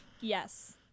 Yes